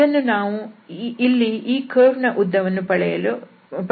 ಇದನ್ನು ನಾವು ಇಲ್ಲಿ ಈ ಕರ್ವ್ನ ಉದ್ದ ಪಡೆಯಲು ಬಳಸುತ್ತೇವೆ